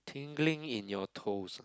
tingling in your toes ah